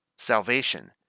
Salvation